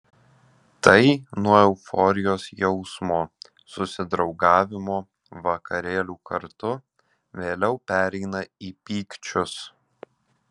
tai nuo euforijos jausmo susidraugavimo vakarėlių kartu vėliau pereina į pykčius